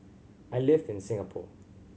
I live in Singapore